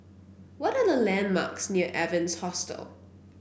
what are the landmarks near Evans Hostel